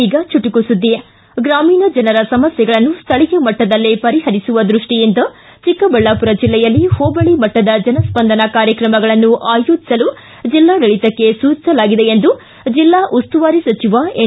ಈಗ ಚುಟುಕು ಸುದ್ದಿ ಗ್ರಾಮೀಣ ಜನರ ಸಮಸ್ಯೆಗಳನ್ನು ಸ್ಥಳೀಯ ಮಟ್ಟದಲ್ಲೇ ಪರಿಪರಿಸುವ ದೃಷ್ಟಿಯಿಂದ ಚಿಕ್ಕಬಳ್ಳಾಪುರ ಜಿಲ್ಲೆಯಲ್ಲಿ ಹೋಬಳ ಮಟ್ಟದ ಜನಸ್ಸಂದನ ಕಾರ್ಯಕ್ರಮಗಳನ್ನು ಆಯೋಜಿಸಲು ಜಿಲ್ಲಾಡಳಿತಕ್ಕೆ ಸೂಚಿಸಲಾಗಿದೆ ಎಂದು ಜಿಲ್ಲಾ ಉಸ್ತುವಾರಿ ಸಚಿವ ಎನ್